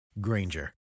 Granger